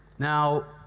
now,